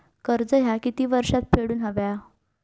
कर्ज ह्या किती वर्षात फेडून हव्या?